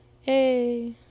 Hey